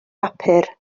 bapur